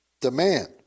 Demand